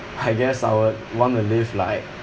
I guess I would want to live like